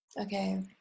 Okay